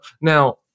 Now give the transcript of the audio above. Now